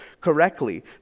correctly